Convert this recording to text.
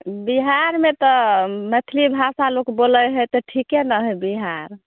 बिहारमे तऽ मैथिली भाषा लोक बोलै हइ तऽ ठीके ने हइ बिहार